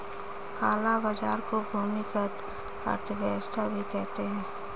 काला बाजार को भूमिगत अर्थव्यवस्था भी कहते हैं